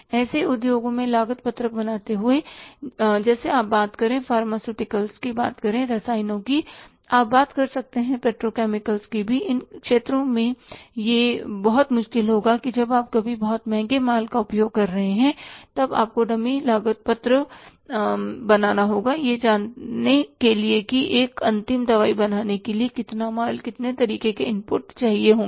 ऐसे उद्योगों में लागत पत्रक बनाते हुए जैसे आप बात करें फार्मास्यूटिकल्स की बात करें रसायनों की आप बात कर सकते हैं पेट्रोकेमिकल्स की भी इन क्षेत्रों में यह बहुत मुश्किल होगा जब आप कभी बहुत महंगे माल का उपयोग कर रहे हैं तब आपको डमी लागत पत्र बनाना होगा यह जानने के लिए कि एक अंतिम दवाई बनाने के लिए कितना माल कितने तरीके के इनपुट चाहिए होंगे